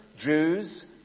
Jews